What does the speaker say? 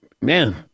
man